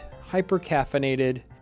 hyper-caffeinated